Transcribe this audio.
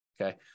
okay